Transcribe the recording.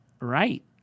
right